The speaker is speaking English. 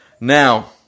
Now